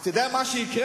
אתה יודע מה יקרה?